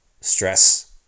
stress